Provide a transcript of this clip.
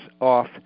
off